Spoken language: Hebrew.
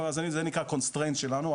זה נקרא השיקול שלנו,